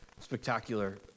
spectacular